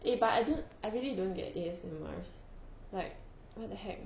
eh but I do I really don't get his numerous like what the heck